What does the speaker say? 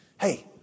hey